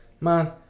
man